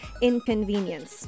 inconvenience